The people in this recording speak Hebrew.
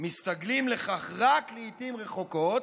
מסתגלים לכך רק לעיתים רחוקות,